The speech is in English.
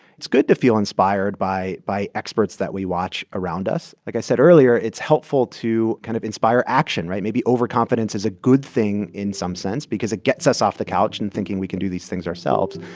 it's good to feel inspired by by experts that we watch around us. like i said earlier, it's helpful to kind of inspire action, right? maybe overconfidence is a good thing in some sense because it gets us off the couch and thinking we can do these things ourselves.